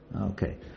Okay